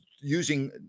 using